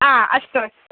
आ अस्तु अस्तु